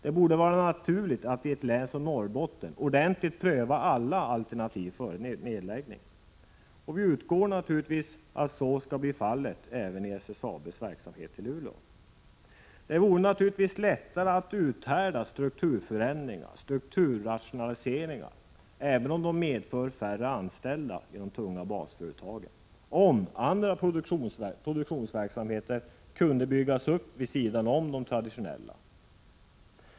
Det borde vara naturligt att i ett län som Norrbotten ordentligt pröva alla alternativ före nedläggning. Vi utgår från att så skall bli fallet även i SSAB:s verksamhet i Luleå. Det vore naturligtvis lättare att uthärda strukturrationaliseringar, även om de medför färre anställda i de tunga basföretagen, om andra produktionsverksamheter kunde byggas upp vid sidan om de traditionella.